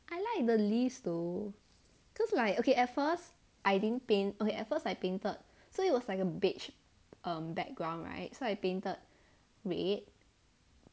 I like the leaves though cause like okay at first I didn't paint okay at first I painted so it was like a beige background right so I painted red